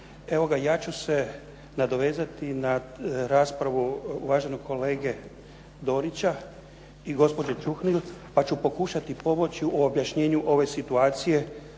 Evo ga ja ću se nadovezati na raspravu uvaženog kolege Dorića i gospođe Čuhnil pa ću pokušati pomoći u objašnjenju ove situacije